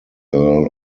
earl